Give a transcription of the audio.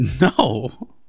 No